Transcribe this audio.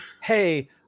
hey